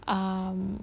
ah